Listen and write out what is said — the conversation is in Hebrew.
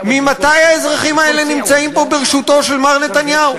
ממתי האזרחים האלה נמצאים פה ברשותו של מר נתניהו?